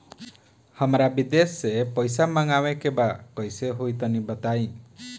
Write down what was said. हमरा विदेश से पईसा मंगावे के बा कइसे होई तनि बताई?